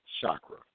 chakra